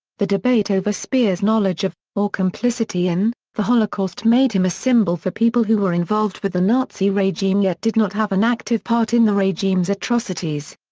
the debate over speer's knowledge of, or complicity in, the holocaust made him a symbol for people who were involved with the nazi regime yet did not have an active part in the regime's atrocities.